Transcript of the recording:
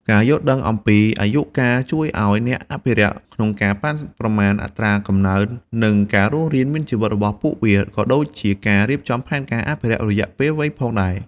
ការយល់ដឹងអំពីអាយុកាលជួយអោយអ្នកអភិរក្សក្នុងការប៉ាន់ប្រមាណអត្រាកំណើន និងការរស់រានមានជីវិតរបស់ពួកវា ក៏ដូចជាការរៀបចំផែនការអភិរក្សរយៈពេលវែងផងដែរ។